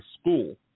school